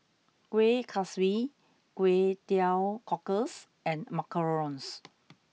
Kueh Kaswi Kway Teow Cockles and Macarons